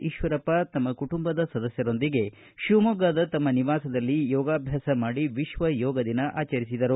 ಈಶ್ವರಪ್ಪ ಕುಟುಂಬದ ಸದಸ್ಯರೊಂದಿಗೆ ಶಿವಮೊಗ್ಗದ ತಮ್ಮ ನಿವಾಸದಲ್ಲಿ ಯೋಗಭ್ಯಾಸ ಮಾಡಿ ವಿಶ್ವ ಯೋಗ ದಿನ ಆಚರಿಸಿದರು